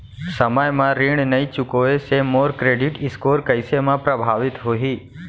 समय म ऋण नई चुकोय से मोर क्रेडिट स्कोर कइसे म प्रभावित होही?